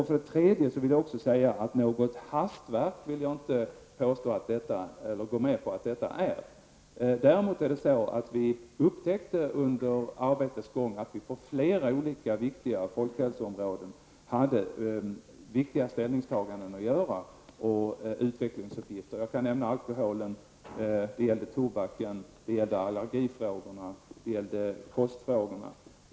För det tredje vill jag inte gå med på att detta är något hastverk. Däremot upptäcktes under arbetets gång att det på flera olika viktiga folkhälsoområden fanns viktiga ställningstaganden att göra och utvecklingsuppgifter. Jag kan nämna alkohol, tobak, allergifrågorna och kostfrågorna.